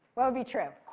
what would be true?